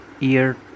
ear